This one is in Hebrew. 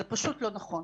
זה פשוט לא נכון.